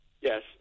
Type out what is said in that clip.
Yes